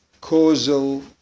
causal